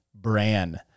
bran